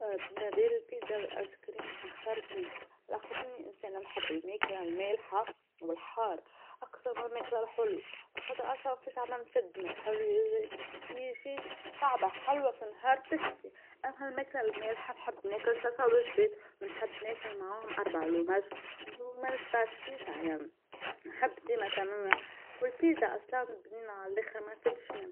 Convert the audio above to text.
ما بين البيتزا والآيس كريم باش نختار البيتزا، علاخاطرني إنسانه نحب الماكله المالحه والحار أكثر من الماكله الحلوه، علاخاطر أصلا في الساع ما نفد من الحلويات، يجيش كعبه حلوه في النهار تكفي، أما الماكله المالحه نحب ناكل ثلاثه وجبات ونحب ناكل معاهم أربع لمج وما نشبعش في الساع، يعني نحب ديما تنوع والبيتزا أصلا بنينه عاللخر ما نفدش منها.